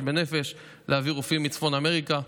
בנפש כדי להביא רופאים מצפון אמריקה.